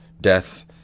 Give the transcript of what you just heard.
death